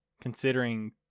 considering